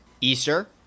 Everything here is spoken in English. easter